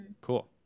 Cool